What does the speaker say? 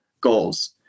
goals